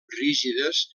rígides